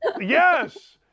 Yes